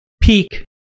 peak